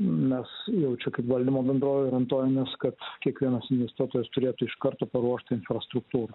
mes jau čia kaip valdymo bendrovė orientuojamės kad kiekvienas investuotojas turėtų iš karto paruošti infrastruktūrą